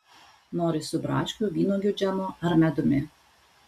nori su braškių vynuogių džemu ar medumi